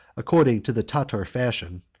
according to the tartar fashion,